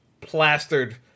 plastered